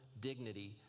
dignity